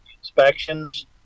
inspections